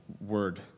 word